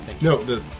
No